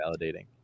validating